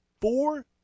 four